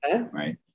right